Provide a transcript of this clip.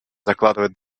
закладывает